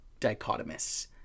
dichotomous